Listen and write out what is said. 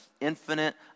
infinite